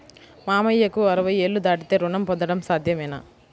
మామయ్యకు అరవై ఏళ్లు దాటితే రుణం పొందడం సాధ్యమేనా?